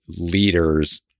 leaders